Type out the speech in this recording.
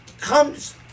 comes